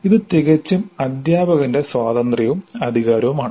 ഇത് തികച്ചും അധ്യാപകന്റെ സ്വാതന്ത്ര്യവും അധികാരവുമാണ്